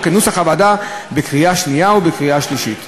כנוסח הוועדה בקריאה שנייה ובקריאה שלישית.